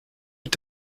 mit